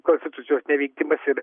konstitucijos neveikimas ir